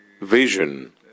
vision